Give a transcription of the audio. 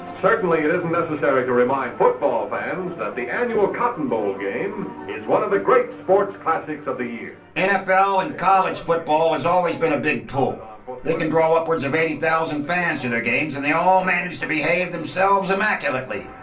certainly it isn't necessary to remind football fans that the annual cotton bowl game is one of the great sports classics of the year. nfl and college football has always been a big pull. um but they can draw upwards of eighty thousand fans to their games and they all manage to behave themselves immaculately.